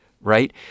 right